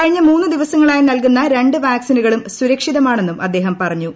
കഴിഞ്ഞ മൂന്ന് ദിവസങ്ങളായി നൽകുന്ന രണ്ട് വാക്സിനുകളും സുരക്ഷിതമാണെന്നും അദ്ദേഹം പറഞ്ഞു